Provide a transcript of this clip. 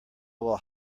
will